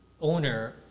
owner